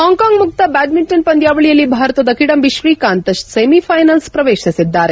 Hong Kong ಮುಕ್ತ badminton ಪಂದ್ವಾವಳಿಯಲ್ಲಿ ಭಾರತದ ಕಿಡಂಬಿ ಶ್ರೀಕಾಂತ್ ಸೆಮಿಫೈನಲ್ಲ್ ಪ್ರವೇಶಿಸಿದ್ದಾರೆ